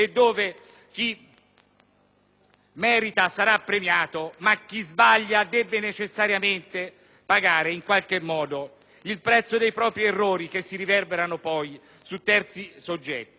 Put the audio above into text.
merita sarà premiato, ma chi sbaglia deve necessariamente pagare in qualche modo il prezzo dei propri errori che si riverberano poi su terzi soggetti.